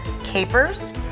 capers